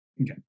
Okay